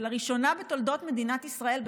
ולראשונה בתולדות מדינת ישראל,